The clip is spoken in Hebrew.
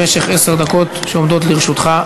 במשך עשר דקות שעומדות לרשותך.